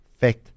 fact